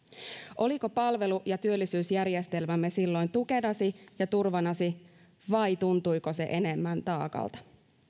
oliko palvelu ja työllisyysjärjestelmämme silloin tukenasi ja turvanasi vai tuntuiko se enemmän taakalta